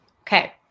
Okay